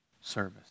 service